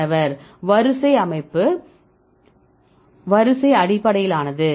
மாணவர் அமைப்பு வரிசை அடிப்படையிலானது